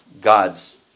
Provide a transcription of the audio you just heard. God's